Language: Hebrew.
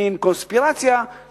פירושו בעצם מין קונספירציה שתפקידה